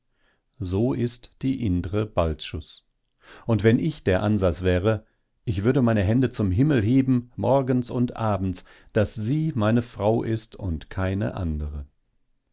so ist die indre balczus und wenn ich der ansas wäre ich würde meine hände zum himmel heben morgens und abends daß sie meine frau ist und keine andere